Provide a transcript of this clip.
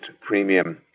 premium